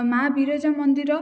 ମା ବିରଜା ମନ୍ଦିର